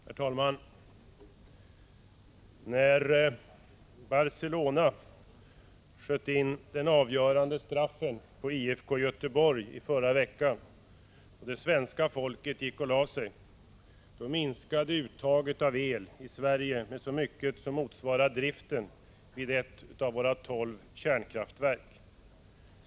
Herr talman! När Barcelona sköt in den avgörande straffen på IFK Göteborg i förra veckan och det svenska folket gick och lade sig så minskade uttaget av el i Sverige med så mycket som motsvarar driften vid ett av våra tolv kärnkraftverk.